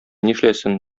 нишләсен